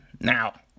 Now